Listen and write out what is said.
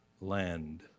land